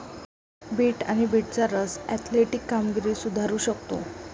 bit आणि बीटचा रस ऍथलेटिक कामगिरी सुधारू शकतो